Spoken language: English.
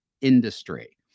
industry